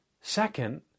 second